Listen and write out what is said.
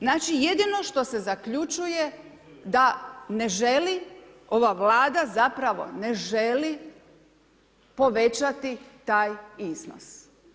Znači, jedino što se zaključuje da ne želi ova Vlada, zapravo, ne želi povećati taj iznos.